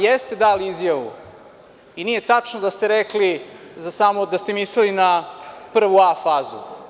Jeste dali izjavu i nije tačno da ste rekli da ste mislili samo na prvu A fazu.